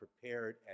prepared